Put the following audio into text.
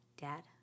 dad